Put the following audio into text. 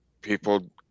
people